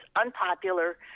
unpopular